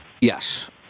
Yes